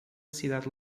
cidade